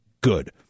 good